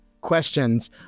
questions